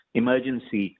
emergency